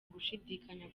gushidikanya